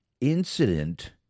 incident